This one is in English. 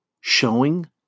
showing